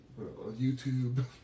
YouTube